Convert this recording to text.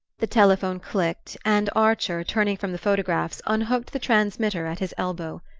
the telephone clicked, and archer, turning from the photographs, unhooked the transmitter at his elbow.